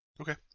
Okay